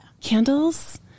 candles